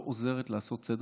לא עוזרת לעשות סדר.